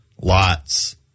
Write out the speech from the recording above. lots